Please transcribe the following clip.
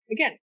Again